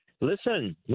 listen